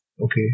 Okay